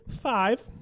five